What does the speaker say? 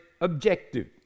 objective